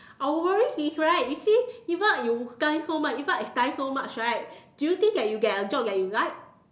our worries is right you see even you study so much even I study so much right do you think that you get a job that you like